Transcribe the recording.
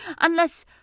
unless